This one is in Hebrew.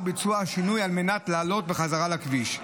ביצוע השינוי על מנת לעלות בחזרה לכביש.